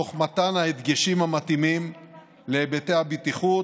תוך מתן ההדגשים המתאימים בהיבטי הבטיחות